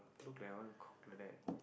look like one cock like that